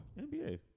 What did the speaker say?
NBA